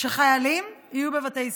שחיילים יהיו בבתי סוהר?